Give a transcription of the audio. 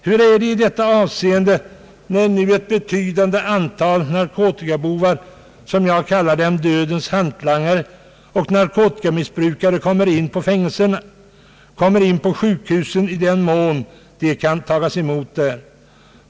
Hur är det i detta avseende när nu ett betydande antal narkotikabovar — jag kallar dem dödens hantlangare — och narkotikamissbrukare kommer in på fängelserna, kommer in på sjukhusen i den mån de kan tagas emot där?